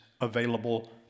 available